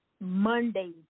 Monday